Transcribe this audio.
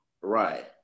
Right